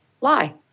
Lie